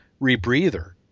rebreather